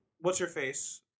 what's-your-face